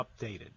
updated